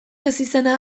ezizena